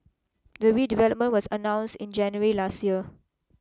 the redevelopment was announced in January last year